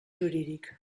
jurídic